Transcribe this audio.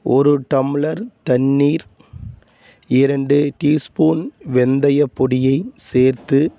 ஒரு டம்ளர் தண்ணீர் இரண்டு டியூ ஸ்பூன் வெந்தயப் பொடியை சேர்த்து